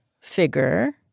figure